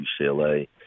UCLA